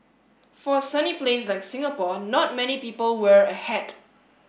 for a sunny place like Singapore not many people wear a hat